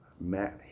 Matt